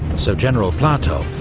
so general platov,